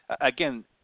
again